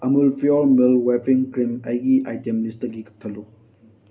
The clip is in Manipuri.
Amul pure milk whipping cream ꯑꯩꯒꯤ ꯑꯥꯏꯇꯦꯝ ꯂꯤꯁꯇꯒꯤ ꯀꯛꯊꯠꯂꯨ